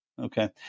Okay